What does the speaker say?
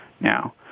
now